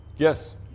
Yes